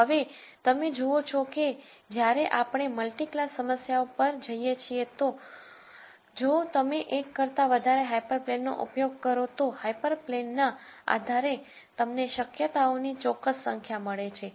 તો હવે તમે જુઓ છો કે જ્યારે આપણે મલ્ટિ ક્લાસ સમસ્યાઓ પર જઈએ છીએ તો જો તમે એક કરતા વધારે હાયપરપ્લેન નો ઉપયોગ કરો તો હાયપરપ્લેન્સના આધારે તમને શક્યતાઓની ચોક્કસ સંખ્યા મળે છે